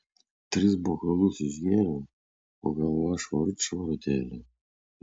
tris bokalus išgėriau o galva švarut švarutėlė